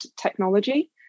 technology